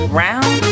round